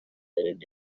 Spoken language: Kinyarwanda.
ernest